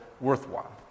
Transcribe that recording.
worthwhile